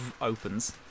opens